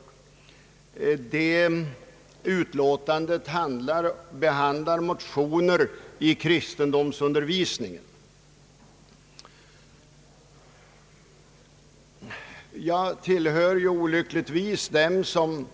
Allmänna beredningsutskottets utlåtande behandlar motioner om kristendomsundervisningen. Jag tillhör olyckligtvis dem som